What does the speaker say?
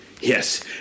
Yes